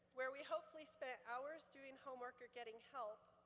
where we hopefully spent hours doing homework or getting help,